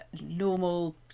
normal